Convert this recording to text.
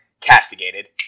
castigated